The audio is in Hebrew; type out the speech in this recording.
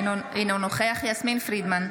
אינו נוכח יסמין פרידמן,